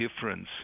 difference